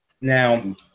Now